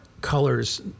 colors